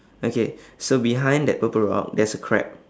okay so behind that purple rock there's a crab